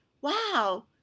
wow